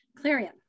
Clarion